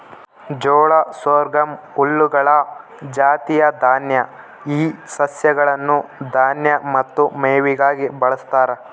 ಜೋಳ ಸೊರ್ಗಮ್ ಹುಲ್ಲುಗಳ ಜಾತಿಯ ದಾನ್ಯ ಈ ಸಸ್ಯಗಳನ್ನು ದಾನ್ಯ ಮತ್ತು ಮೇವಿಗಾಗಿ ಬಳಸ್ತಾರ